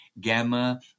gamma